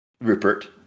Rupert